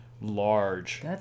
large